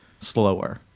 Slower